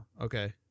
okay